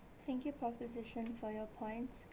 thank you proposition for your points